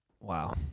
Wow